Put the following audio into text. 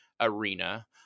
arena